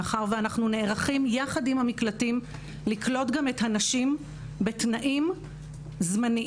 מאחר ואנחנו נערכים יחד עם המקלטים לקלוט גם את הנשים בתנאים זמניים,